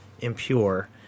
impure